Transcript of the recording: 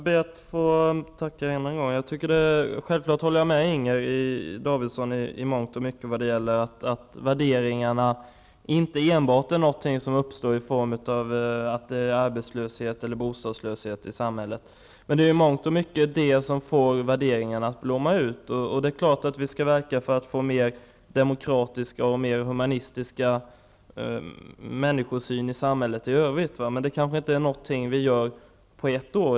Fru talman! Jag ber att än en gång få tacka för svaret. Självfallet håller jag med civilminister Inger Davidson i mångt och mycket, t.ex. att värderingar inte enbart uppkommer därför att det råder arbetslöshet eller bostadslöshet i samhället. Arbetslöshet och bostadslöshet leder dock många gånger till att värderingar blommar ut. Vi skall naturligtvis verka för en mer demokratisk och human människosyn i samhället, men det är kanske inte något som vi gör på ett år.